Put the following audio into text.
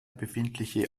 befindliche